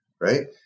right